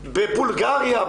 בבולגריה,